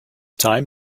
time